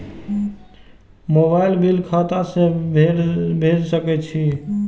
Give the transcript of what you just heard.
Mobile bill खाता से भेड़ सके छि?